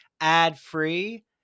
ad-free